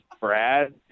Brad